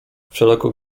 wszelako